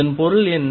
இதன் பொருள் என்ன